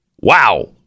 Wow